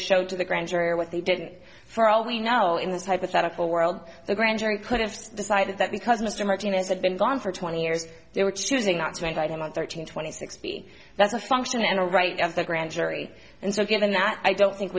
show to the grand jury what they did for all we know in this hypothetical world the grand jury could have decided that because mr martinez had been gone for twenty years they were choosing not to indict him on thirteen twenty sixty that's a function and a right as the grand jury and so given that i don't think